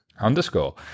Underscore